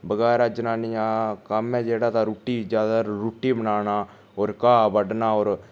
बगैरा जनानियां कम्म ऐ जेह्ड़ा तां रुट्टी ज्यादा रुट्टी बनाना होर घा बड्डना होर